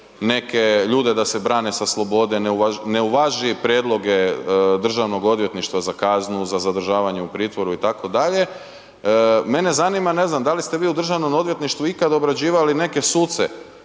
neke ljude da se brane sa slobode, ne uvaži prijedloge državnog odvjetništva za kaznu, za zadržavanje u pritvoru itd. Mene zanima, ne znam da li ste vi u državnom odvjetništvu ikad obrađivali neke suce